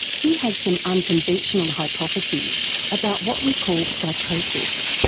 he has some unconventional hypotheses about what we call psychosis,